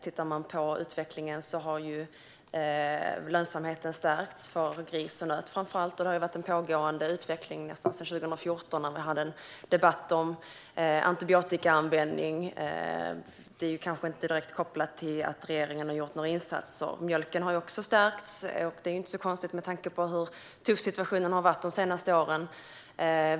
Tittar man på utvecklingen har lönsamheten stärkts för framför allt gris och nöt, och det har varit en pågående utveckling sedan 2014, då vi hade en debatt om antibiotikaanvändning. Det är kanske inte direkt kopplat till att regeringen har gjort några insatser. Mjölken har också stärkts, och det är inte så konstigt med tanke på hur tuff situationen har varit de senaste åren.